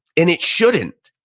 and it shouldn't.